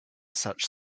such